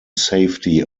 safety